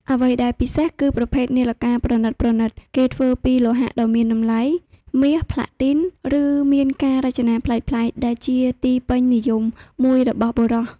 អ្វីដែលពិសេសគឺប្រភេទនាឡិកាប្រណិតៗ គេធ្វើពីលោហៈដ៏មានតម្លៃ មាស ប្លាទីន ឬមានការរចនាប្លែកៗ ដែលជាទីពេញនិយមមួយរបស់បុរស។